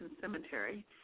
Cemetery